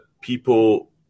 people